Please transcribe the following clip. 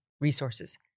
resources